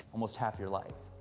almost half your life.